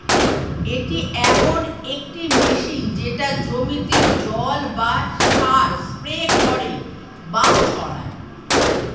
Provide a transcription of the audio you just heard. এটি এমন একটি মেশিন যেটা জমিতে জল বা সার স্প্রে করে বা ছড়ায়